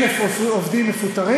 1,000 עובדים מפוטרים.